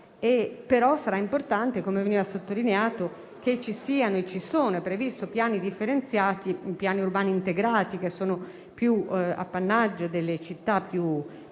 tuttavia importante, come è stato sottolineato, che ci siano - come ci sono, perché è previsto - piani differenziati, piani urbani integrati, che sono più appannaggio delle città più